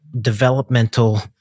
developmental